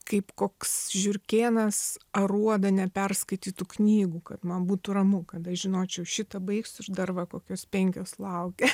kaip koks žiurkėnas aruodą neperskaitytų knygų kad man būtų ramu kad aš žinočiau šitą baigsiu ir dar va kokios penkios laukia